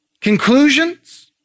conclusions